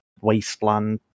wasteland